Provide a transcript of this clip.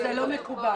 זוהר,